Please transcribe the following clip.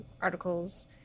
articles